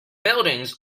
buildings